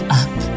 up